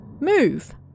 move